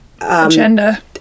agenda